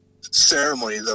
ceremony